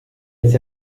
jetzt